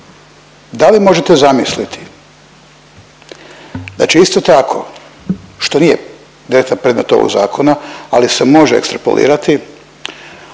Da li možete zamisliti da će isto tako, što nije direktno predmet ovog zakona, ali se može ekstrapolirati